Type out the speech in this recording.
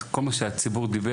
את כל מה שהציבור דיבר,